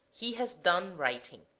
he has done writing